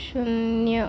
शून्य